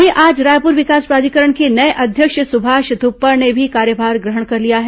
वहीं आज रायपुर विकास प्राधिकरण के नये अध्यक्ष सुभाष ध्यपड़ ने भी कार्यभार ग्रहण कर लिया है